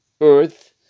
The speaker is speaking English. earth